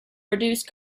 reduce